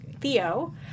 Theo